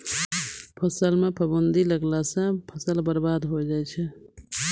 फसल म फफूंदी लगला सँ फसल बर्बाद होय जाय छै